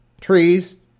Trees